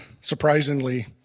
surprisingly